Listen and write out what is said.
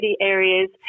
areas